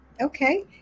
Okay